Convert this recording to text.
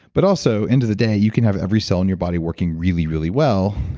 but also end of the day, you can have every cell in your body working really, really well,